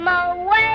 away